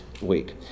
week